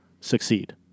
succeed